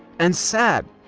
and sad.